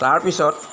তাৰপিছত